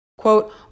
quote